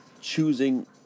choosing